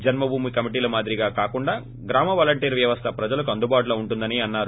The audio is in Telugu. జన్మ భూమి కమిటీల మాదిరిగా కాకుండా గ్రామ వాలంటీర్ వ్యవస్థ ప్రజలకు అందుబాటులో ఉంటుందని అన్నారు